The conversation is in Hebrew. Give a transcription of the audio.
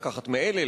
לקחת מאלה,